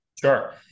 Sure